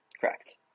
correct